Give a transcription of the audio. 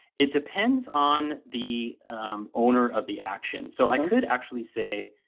it depends on the owner of the action. so i could actually say,